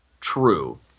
true